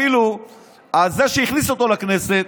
אפילו זה שהכניס אותו לכנסת,